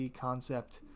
concept